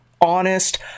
honest